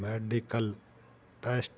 medical test